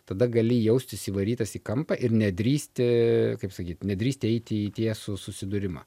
tada gali jaustis įvarytas į kampą ir nedrįsti kaip sakyt nedrįsti eiti į tiesų susidūrimą